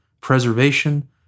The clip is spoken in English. preservation